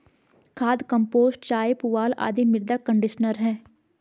खाद, कंपोस्ट चाय, पुआल आदि मृदा कंडीशनर है